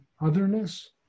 otherness